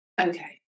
Okay